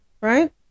right